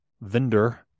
vendor